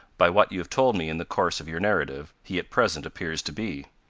by what you have told me in the course of your narrative, he at present appears to be.